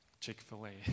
Chick-fil-A